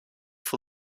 for